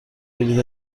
بلیط